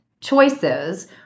choices